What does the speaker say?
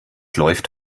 läuft